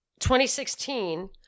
2016